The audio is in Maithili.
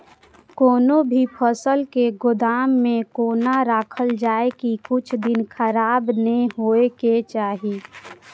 कोनो भी फसल के गोदाम में कोना राखल जाय की कुछ दिन खराब ने होय के चाही?